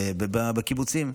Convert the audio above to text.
בקיבוצים.